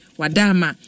wadama